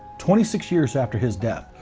twenty six years after his death,